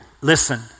listen